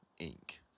Inc